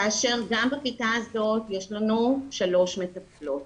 כאשר גם בכיתה הזאת יש לנו שלוש מטפלות,